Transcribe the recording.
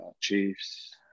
Chiefs